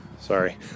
Sorry